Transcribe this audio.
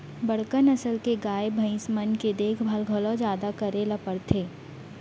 बड़का नसल के गाय, भईंस मन के देखभाल घलौ जादा करे ल परथे